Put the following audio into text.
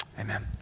amen